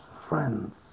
friends